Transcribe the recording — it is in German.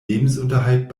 lebensunterhalt